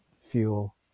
fuel